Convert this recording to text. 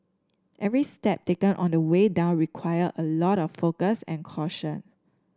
every step taken on the way down required a lot of focus and caution